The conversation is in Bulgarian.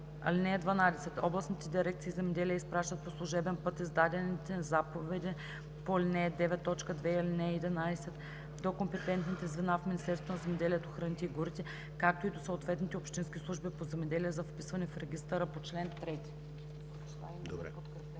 (12) Областните дирекции „Земеделие“ изпращат по служебен път издадените заповеди по ал. 9, т. 2 и ал. 11 до компетентните звена в Министерството на земеделието, храните и горите, както и до съответните общински служби по земеделие – за вписване в регистъра по чл. 3.“